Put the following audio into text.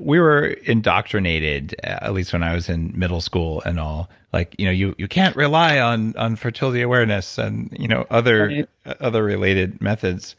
we were indoctrinated, at least when i was in middle school and all, like, you know you you can't rely on on fertility awareness and you know other other related methods.